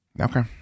okay